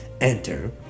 enter